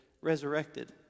resurrected